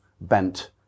bent